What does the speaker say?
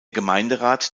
gemeinderat